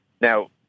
Now